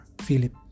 Philip